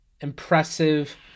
impressive